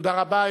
תודה רבה.